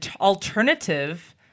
alternative